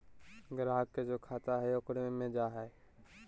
ग्राहक के जे खाता हइ ओकरे मे जा हइ